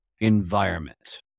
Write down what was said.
environment